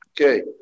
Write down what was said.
Okay